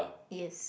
yes